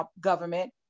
government